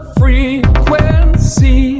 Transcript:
frequency